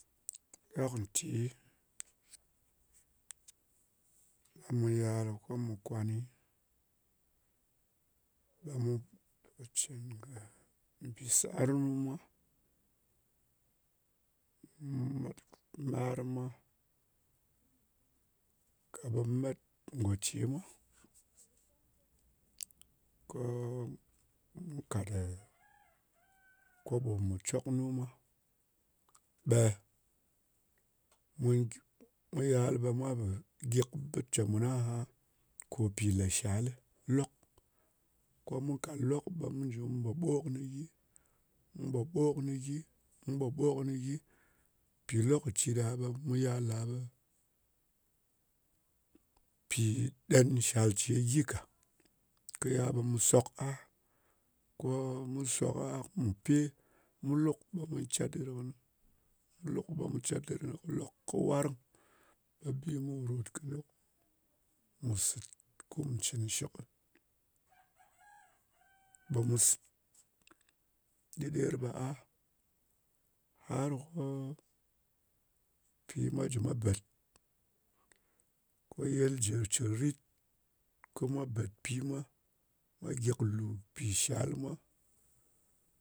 Dok nti, ɓe mu yàl ko mu kwani, ɓe mu pò cɨn kɨ mbì sarnu mwa. Mu pò mar mwa, ka ɓe met ngò ce mwa, ko mù kàt koɓò mu cok nu mwa. ɓe mu gɨ mu yal, ɓe mwa ɗo gyɨk bɨ cè mùn aha ko pì lè shalɨ lok. Ko mu kat lok ɓe mu jum pò ɓo kɨnɨ gyi. Mu po ɓo kɨnɨ gyi, mu po ɓo kɨnɨ gyi, mu po ɓo kɨnɨ gyi, mu po ɓo kɨnɨ gyi. Mpì lokaci ɗa ɓe mu yal ɗa ɓe pì ɗen shal ce gyi ka. Kɨ yal ɓe mu sok a. Ko mu sok a kum pe. Mu luk, ɓe mu cedɨr kɨnɨ. Mu luk ɓe mu cedɨr kɨnɨ. Kɨ lòk kɨ warng ɓe bi mu pò ròt kɨni, mù sɨt kum cɨn shɨkɨ. ɓe mu sɨ. Dɨder ɓe a, har ko pi mwa jli mwa bèt, ko yɨl jɨ jɨ rit. Ko mwa bèt pi mwa. Mwa gyɨk lù pì shal mwa.